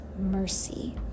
mercy